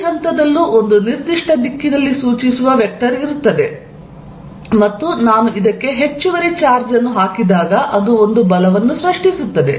ಪ್ರತಿ ಹಂತದಲ್ಲೂ ಒಂದು ನಿರ್ದಿಷ್ಟ ದಿಕ್ಕಿನಲ್ಲಿ ಸೂಚಿಸುವ ವೆಕ್ಟರ್ ಇರುತ್ತದೆ ಮತ್ತು ನಾನು ಇದಕ್ಕೆ ಹೆಚ್ಚುವರಿ ಚಾರ್ಜ್ ಅನ್ನು ಹಾಕಿದಾಗ ಅದು ಒಂದು ಬಲವನ್ನು ಸೃಷ್ಟಿಸುತ್ತದೆ